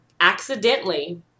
accidentally